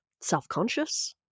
self-conscious